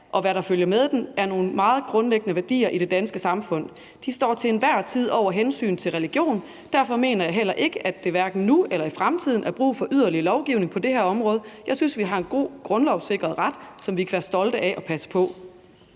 hvad der følger med den, er nogle meget grundlæggende værdier i det danske samfund. De står til hver en tid over hensynet til religion. Derfor mener jeg heller ikke, at der hverken nu eller i fremtiden er brug for yderligere lovgivning på det her område. Jeg synes, vi har en god grundlovssikret ret, som vi kan være stolte af og passe på.«